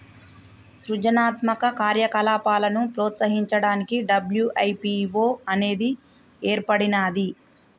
సృజనాత్మక కార్యకలాపాలను ప్రోత్సహించడానికి డబ్ల్యూ.ఐ.పీ.వో అనేది ఏర్పడినాది